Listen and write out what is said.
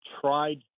tried